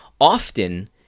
often